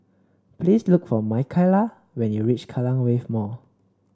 please look for Makaila when you reach Kallang Wave Mall